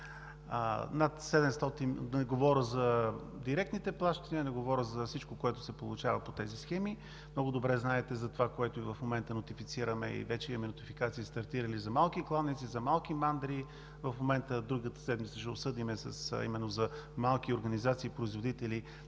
така. Не говоря за директните плащания, не говоря за всичко, което се получава по тези схеми. Много добре знаете за това, което и в момента нотифицираме и вече имаме стартирали нотификации за малки кланици, за малки мандри, другата седмица ще обсъдим за малки организации – производители